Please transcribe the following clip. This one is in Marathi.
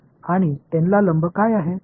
आणि n ला लंब काय आहे